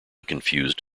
confused